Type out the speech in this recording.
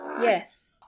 Yes